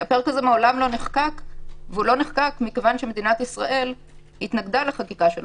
מעולם לא נחקק כי מדינת ישראל התנגדה לחקיקתו.